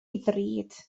ddrud